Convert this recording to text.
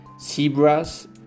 zebras